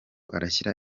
arashyira